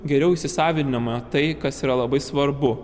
geriau įsisavinama tai kas yra labai svarbu